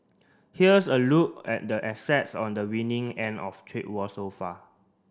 here's a look at the assets on the winning end of trade war so far